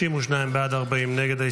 32 בעד, 40 נגד.